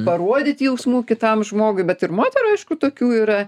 parodyt jausmų kitam žmogui bet ir moterų aišku tokių yra